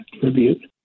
tribute